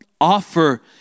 offer